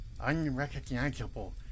unrecognizable